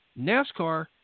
NASCAR